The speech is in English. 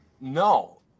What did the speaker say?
No